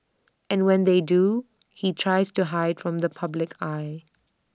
and when they do he tries to hide from the public eye